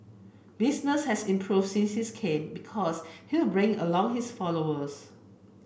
business has improved since he came because he'll bring along his followers